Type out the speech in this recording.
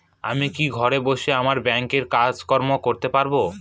আমি কি ঘরে বসে আমার ব্যাংকের কাজকর্ম করতে পারব?